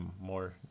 more